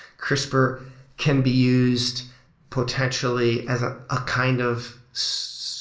crispr can be used potentially as a ah kind of